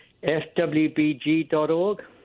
FWBG.org